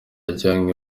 yajyanywe